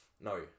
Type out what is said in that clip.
No